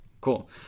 Cool